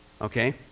Okay